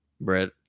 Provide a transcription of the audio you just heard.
Brett